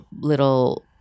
little